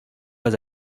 pas